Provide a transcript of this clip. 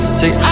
say